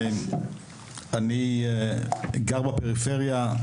אני גר בפריפריה,